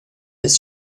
his